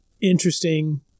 interesting